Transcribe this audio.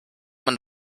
man